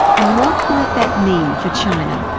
and what might that mean for china?